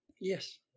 Yes